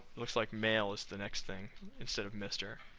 looks like male is the next thing instead of mr.